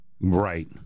right